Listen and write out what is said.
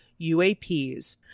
UAPs